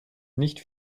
nicht